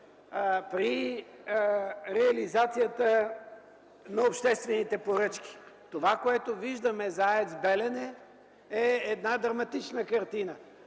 при реализацията на обществените поръчки. Това, което виждаме за АЕЦ-Белене, е една драматична картина